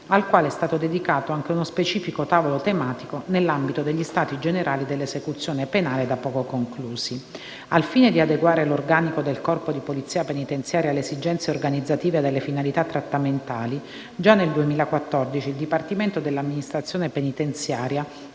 al quale è stato dedicato anche uno specifico tavolo tematico nell'ambito degli Stati generali sull'esecuzione penale, iniziativa da poco conclusa. Al fine di adeguare l'organico del Corpo di polizia penitenziaria alle esigenze organizzative ed alle finalità trattamentali, già nel 2014 il Dipartimento dell'amministrazione penitenziaria